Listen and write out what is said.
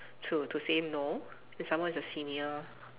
to to say no and some more it's a senior